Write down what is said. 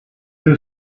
two